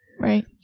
Right